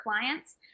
clients